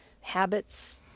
habits